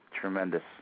Tremendous